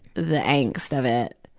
the angst of it.